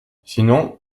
sinon